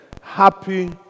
happy